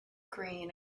green